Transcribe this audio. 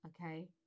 Okay